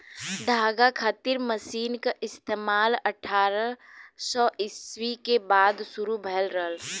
धागा खातिर मशीन क इस्तेमाल अट्ठारह सौ ईस्वी के बाद शुरू भयल रहल